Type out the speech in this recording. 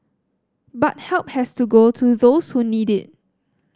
but help has to go to those who need it